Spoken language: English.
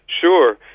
Sure